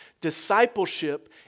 discipleship